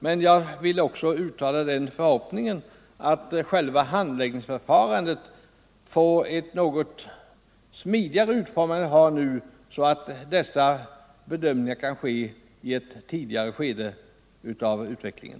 Men jag vill också uttala förhoppningen att själva handläggningsförfarandet får en något smidigare utformning än det har nu, så att dessa bedömningar kan göras i ett tidigare skede av utvecklingen.